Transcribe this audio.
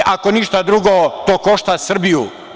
Ako ništa drugo, to košta Srbiju.